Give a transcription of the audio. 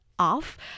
off